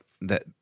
that-